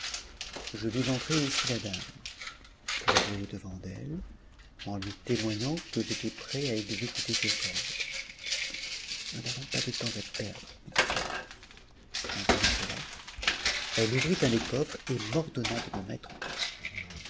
je vis entrer aussi la dame j'allai au-devant d'elle en lui témoignant que j'étais prêt à exécuter ses ordres nous n'avons pas de temps à perdre me dit-elle en disant cela elle ouvrit un des coffres et m'ordonna de me mettre dedans